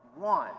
one